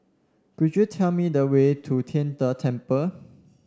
could you tell me the way to Tian De Temple